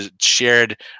shared